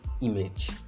image